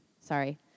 sorry